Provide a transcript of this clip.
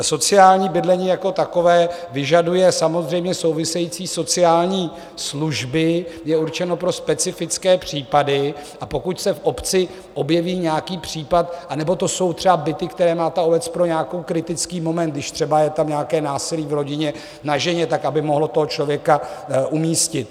Sociální bydlení jako takové vyžaduje samozřejmě související sociální služby, je určeno pro specifické případy, pokud se v obci objeví nějaký případ anebo to jsou třeba byty, které má ta obec pro nějaký kritický moment, když třeba je tam nějaké násilí v rodině na ženě, tak aby mohli toho člověka umístit.